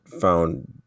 found